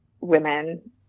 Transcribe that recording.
women